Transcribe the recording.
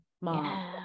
mom